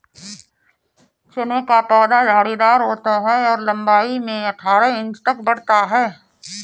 चने का पौधा झाड़ीदार होता है और लंबाई में अठारह इंच तक बढ़ता है